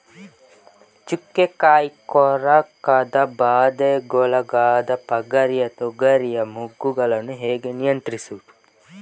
ಚುಕ್ಕೆ ಕಾಯಿ ಕೊರಕದ ಬಾಧೆಗೊಳಗಾದ ಪಗರಿಯ ತೊಗರಿಯ ಮೊಗ್ಗುಗಳನ್ನು ಹೇಗೆ ನಿಯಂತ್ರಿಸುವುದು?